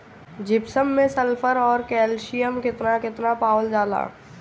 Gypsum मैं sulphur औरी calcium कितना कितना पावल जाला?